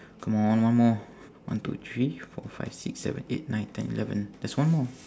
come on one more one two three four five six seven eight nine ten eleven there's one more